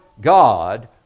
God